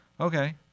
Okay